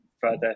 further